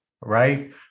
right